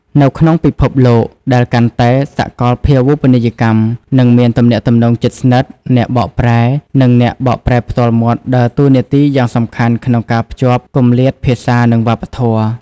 នៅក្នុងពិភពលោកដែលកាន់តែសកលភាវូបនីយកម្ម និងមានទំនាក់ទំនងជិតស្និទ្ធ អ្នកបកប្រែ និងអ្នកបកប្រែផ្ទាល់មាត់ដើរតួនាទីយ៉ាងសំខាន់ក្នុងការភ្ជាប់គម្លាតភាសា និងវប្បធម៌។